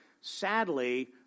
Sadly